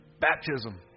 baptism